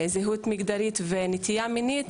זהות מגדרית ונטייה מינית,